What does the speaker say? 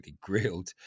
grilled